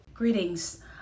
Greetings